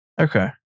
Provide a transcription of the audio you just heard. Okay